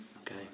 Okay